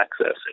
access